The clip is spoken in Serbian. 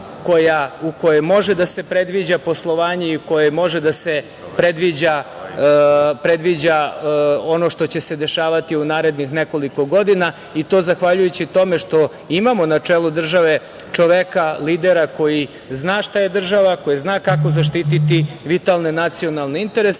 u kojoj može da se predviđa poslovanje i u kojoj može da se predviđa ono što će se dešavati u narednih nekoliko godina i to zahvaljujući tome što imamo na čelu države čoveka, lidera koji zna šta je država, koji zna kako zaštiti vitalne nacionalne interese. Marijan